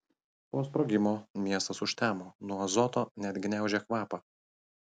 po sprogimo miestas užtemo nuo azoto net gniaužė kvapą